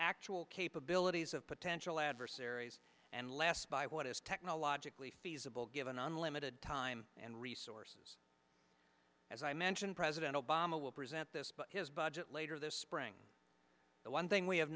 actual capabilities of potential adversaries and last by what is technologically feasible given unlimited time and resources as i mentioned president obama will present this but his budget later this spring the one thing we have